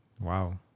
Wow